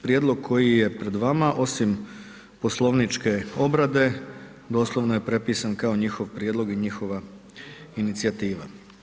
Prijedlog koji je pred vama osim poslovničke obrade, doslovno je prepisan kao njihov prijedlog i njihova inicijativa.